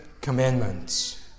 commandments